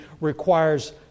requires